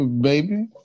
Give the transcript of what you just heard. baby